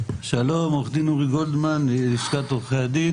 לשלם לעורך הדין,